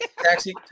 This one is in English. Taxi